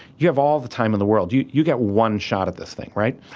you have all the time in the world. you you get one shot at this thing right?